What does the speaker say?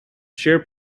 share